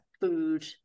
food